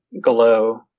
glow